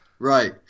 Right